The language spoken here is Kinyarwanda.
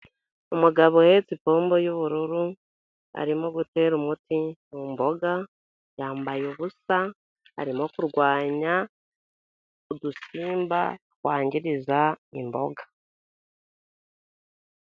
Umugabo uhetse ipombo y'ubururu, arimo gutera umuti mu mboga, yambaye ubusa, arimo kurwanya udusimba twangiriza imboga.